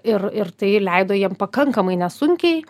ir ir tai leido jiem pakankamai nesunkiai